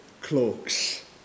cloaks